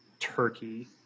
turkey